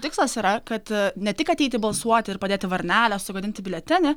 tikslas yra kad ne tik ateiti balsuoti ir padėti varnelę sugadinti biuletenį